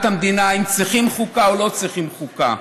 המדינה אם צריכים חוקה או לא צריכים חוקה.